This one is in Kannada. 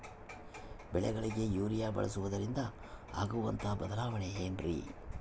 ಬೆಳೆಗಳಿಗೆ ಯೂರಿಯಾ ಬಳಸುವುದರಿಂದ ಆಗುವಂತಹ ಬದಲಾವಣೆ ಏನ್ರಿ?